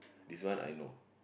this one I know